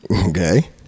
Okay